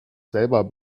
selber